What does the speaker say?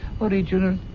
original